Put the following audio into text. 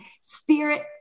Spirit